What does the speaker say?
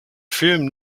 film